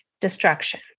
destruction